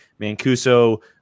Mancuso